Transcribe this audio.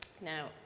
Now